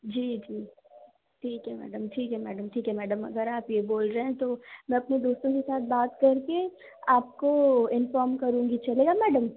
जी जी ठीक है मैडम ठीक है मैडम ठीक है मैडम अगर आप ये बोल रहे हैं तो मैं अपने बेटे के साथ बात करके आपको इन्फॉर्म करूँगी चलेगा मैडम